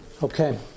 Okay